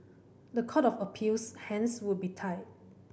the Court of Appeal's hands would be tied